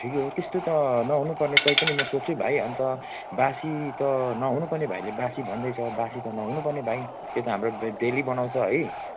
ठिकै हो त्यस्तो त नहुनु पर्ने तैपनि म सोध्छु भाइ अन्त बासी त नहुनु पर्ने भाइले बासी भन्दैछ बासी त नहुनु पर्ने भाइ त्यो त हाम्रो डेली बनाउँछ है